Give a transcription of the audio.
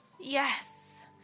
yes